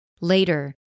Later